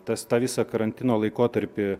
tas tą visą karantino laikotarpį